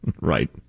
Right